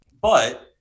But-